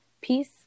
peace